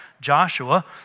Joshua